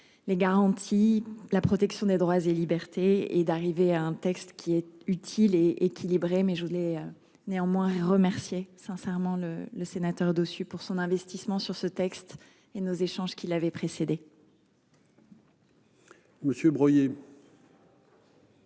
Les garanties, la protection des droits et libertés et d'arriver à un texte qui est utile et équilibrée, mais je voulais. Néanmoins remercier sincèrement le le sénateur dessus pour son investissement sur ce texte et nos échanges qui l'avait précédé. Monsieur broyés.